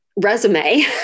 resume